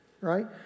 Right